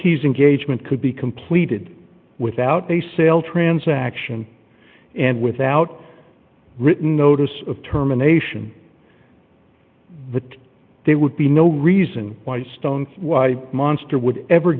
engaged meant could be completed without a sale transaction and without written notice of terminations but they would be no reason why stones why monster would ever